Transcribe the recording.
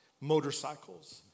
motorcycles